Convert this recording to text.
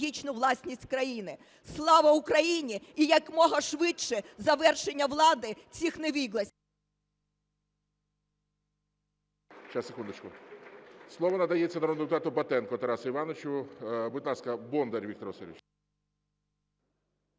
Слава Україні! І якомога швидше завершення влади цих невігласів…